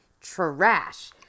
trash